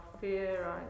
fear